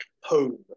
home